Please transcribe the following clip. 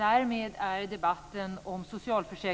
Fru talman!